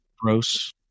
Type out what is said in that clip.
gross